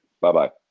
bye-bye